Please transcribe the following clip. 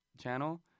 channel